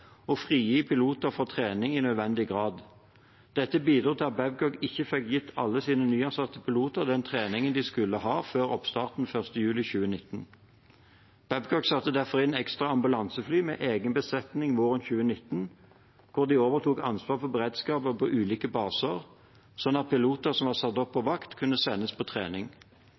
å frigi piloter for trening i nødvendig grad. Dette bidro til at Babcock ikke fikk gitt alle sine nyansatte piloter den treningen de skulle ha før oppstarten 1. juli 2019. Babcock satte derfor inn et ekstra ambulansefly med egen besetning våren 2019, hvor de overtok ansvar for beredskapen på ulike baser, slik at piloter som var satt opp på vakt, kunne sendes på trening.